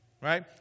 right